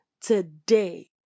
today